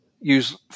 use